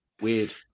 weird